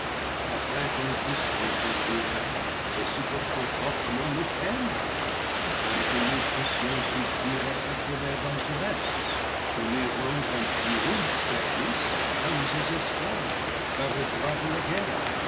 afin que nous puissions endurer et supporter fortement nos peines afin que nous puissions suffire à sa colère vengeresse ou lui rendre un plus rude service comme ses esclaves par le droit de la guerre